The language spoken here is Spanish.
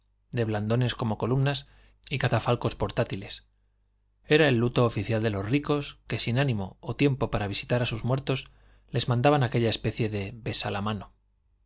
de blandones como columnas y catafalcos portátiles era el luto oficial de los ricos que sin ánimo o tiempo para visitar a sus muertos les mandaban aquella especie de besa la mano las